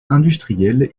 industriel